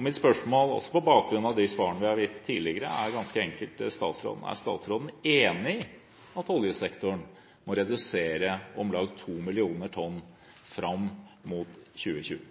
Mitt spørsmål, også på bakgrunn av de svarene som er gitt tidligere, er ganske enkelt: Er statsråden enig i at oljesektoren må redusere om lag 2 mill. tonn fram mot 2020?